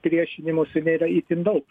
priešinimosi nėra itin daug